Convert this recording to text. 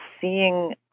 seeing